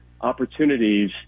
opportunities